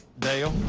dale?